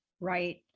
right